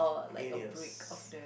failures